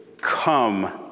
come